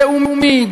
לאומית,